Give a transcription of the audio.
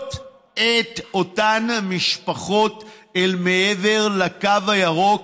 ולהגלות את אותן משפחות אל מעבר לקו הירוק.